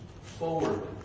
forward